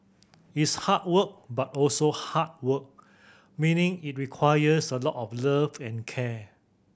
it's hard work but also heart work meaning it requires a lot of love and care